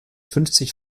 fünfzig